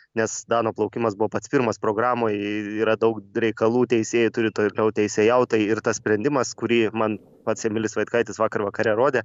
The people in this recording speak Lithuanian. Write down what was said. nes dano plaukimas buvo pats pirmas programoj yra daug reikalų teisėjai turi toliau teisėjaut ir tas sprendimas kurį man pats emilis vaitkaitis vakar vakare rodė